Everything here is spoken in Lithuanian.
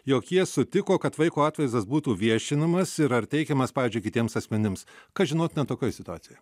jog jie sutiko kad vaiko atvaizdas būtų viešinamas ir ar teikiamas pavyzdžiui kitiems asmenims kas žinotina tokioj situacijoj